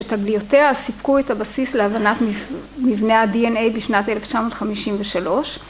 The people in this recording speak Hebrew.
‫תגליותיה סיפקו את הבסיס ‫להבנת מבנה ה-DNA בשנת 1953.